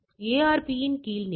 இது ARP இன் கீழ்நிலை